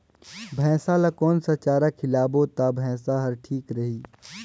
भैसा ला कोन सा चारा खिलाबो ता भैंसा हर ठीक रही?